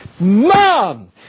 Mom